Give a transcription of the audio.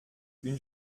une